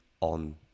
on